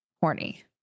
horny